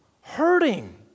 hurting